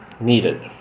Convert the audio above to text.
needed